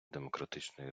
демократичної